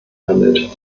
handelt